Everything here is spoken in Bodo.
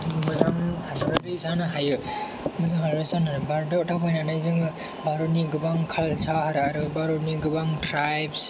मोजां हादरारि जानो हायो भारताव थाबायनानै जोङो भारतनि गोबां काल्सार आरो भारतनि गोबां ट्राइब्स